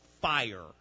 fire